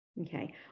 Okay